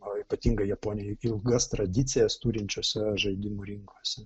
o ypatingai japonijoj ilgas tradicijas turinčiose žaidimų rinkose